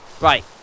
Right